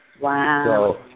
Wow